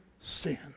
sin